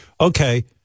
okay